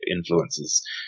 influences